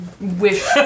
wish